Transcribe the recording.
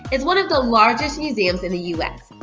is one of the largest museums in the u s.